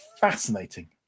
fascinating